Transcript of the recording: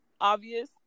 obvious